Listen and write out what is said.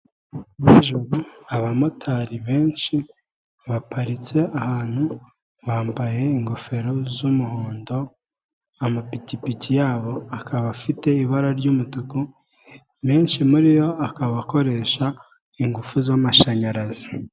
Nijoro abamotari benshi baparitse ahantu, bambaye ingofero z'umuhondo, amapikipiki yabo akaba afite ibara ry'umutuku, menshi muri yo akaba akoresha ingufu z'amashanyarazi.